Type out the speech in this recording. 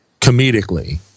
comedically